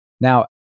now